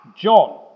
John